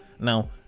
Now